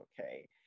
okay